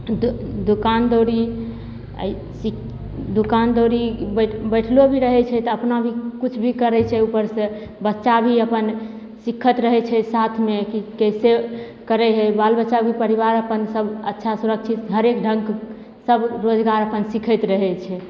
ई दो दोकान दौरी आओर ई दोकान दौरी बैठ बैठलो भी छै तऽ अपना भी किछु भी करै छै उपरसे बच्चा भी अपन सिखैत रहै छै साथमे कि कइसे करै हइ बाल बच्चाभी परिवार अप्पन सभ अच्छा सुरक्षित हरेक ढङ्गके सब रोजगार अपन सिखैत रहै छै